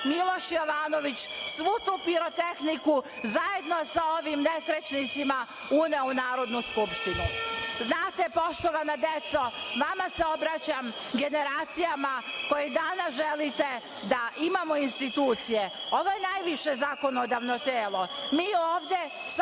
Miloš Jovanović, svu tu pirotehniku zajedno sa ovim nesrećnicima uneo u Narodnu skupštinu. Znate, poštovana deco, vama se obraćam, generacijama koji danas želite da imamo institucije, ovo je najviše zakonodavno telo. Mi ovde